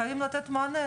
חייבים לתת מענה.